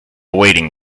waiting